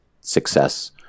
success